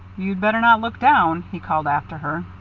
you'd better not look down, he called after her.